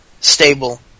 stable